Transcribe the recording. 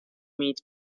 meet